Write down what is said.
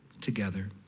together